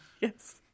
Yes